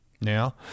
Now